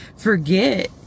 forget